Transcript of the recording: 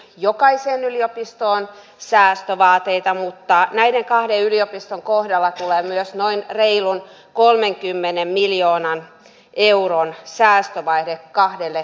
jokaiseen yliopistoon säästövaateita mutta näiden kahden yliopiston kohdalla sillä myös noin reilun kolmenkymmenen miljoonan euron säästö vaihde kahdelle